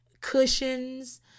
cushions